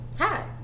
Hi